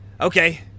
Okay